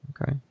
Okay